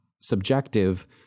subjective